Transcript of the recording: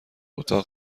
اتاق